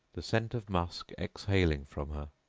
the scent of musk exhaling from her,